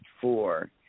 four